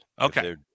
Okay